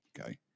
Okay